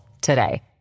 today